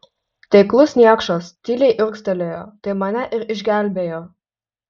taiklus niekšas tyliai urgztelėjo tai mane ir išgelbėjo